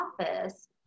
office